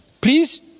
please